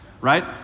Right